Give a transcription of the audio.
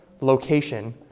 location